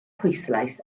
pwyslais